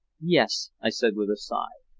yes, i said with a sigh.